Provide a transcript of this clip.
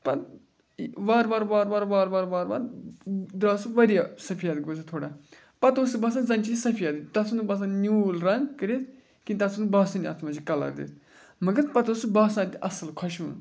پَتہٕ وارٕ وارٕ وارٕ وارٕ وارٕ وارٕ وارٕ وارٕ درٛاو سُہ واریاہ سفید گوٚو سُہ تھوڑا پَتہٕ اوس سُہ باسان زَن چھِ یہِ سفید تَتھ اوس نہٕ باسان نیوٗل رنٛگ کٔرِتھ کِہیٖنۍ تَتھ اوس نہٕ باسٲنی اَتھ منٛز چھِ کَلَر دِتھ مگر پَتہٕ اوس سُہ باسان تہِ اَصٕل خۄشوُن